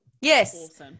Yes